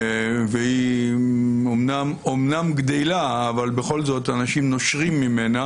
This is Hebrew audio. והיא אמנם גדלה אבל בכל זאת, אנשים נושרים ממנה